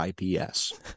IPS